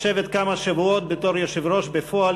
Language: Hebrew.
לשבת כמה שבועות בתור יושב-ראש בפועל,